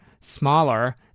smaller